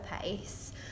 pace